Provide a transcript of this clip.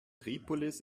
tripolis